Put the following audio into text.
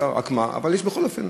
אבל בכל אופן,